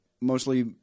mostly